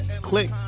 Click